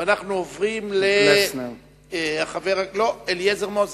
ואנחנו עוברים לחבר הכנסת אליעזר מוזס,